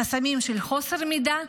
חסמים של חוסר מידע,